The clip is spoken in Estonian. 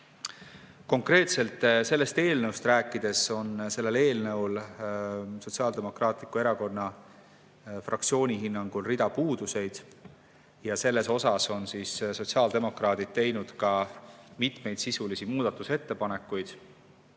Konkreetselt sellest eelnõust rääkides on sellel eelnõul Sotsiaaldemokraatliku Erakonna fraktsiooni hinnangul hulk puuduseid. Selle kohta on sotsiaaldemokraadid teinud ka mitmeid sisulisi muudatusettepanekuid.